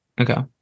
okay